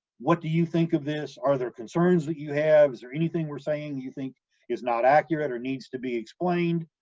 what do you think of this? are there concerns that you have? is there anything we're saying you think is not accurate or needs to be explained?